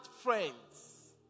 friends